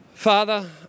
Father